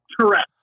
correct